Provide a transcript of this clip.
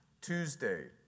Tuesday